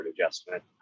adjustment